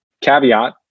Caveat